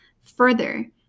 further